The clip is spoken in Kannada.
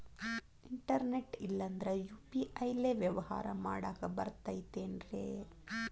ಇಂಟರ್ನೆಟ್ ಇಲ್ಲಂದ್ರ ಯು.ಪಿ.ಐ ಲೇ ವ್ಯವಹಾರ ಮಾಡಾಕ ಬರತೈತೇನ್ರೇ?